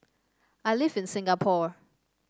I live in Singapore